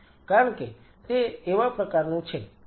કારણ કે તે એવા પ્રકારનું છે